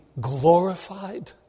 glorified